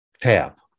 tap